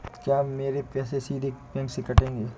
क्या मेरे पैसे सीधे बैंक से कटेंगे?